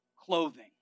clothing